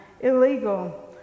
illegal